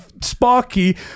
sparky